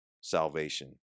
salvation